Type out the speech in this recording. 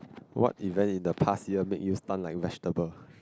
what if there in the past year make you stun like vegetable